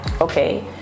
Okay